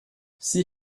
sie